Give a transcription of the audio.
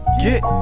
Get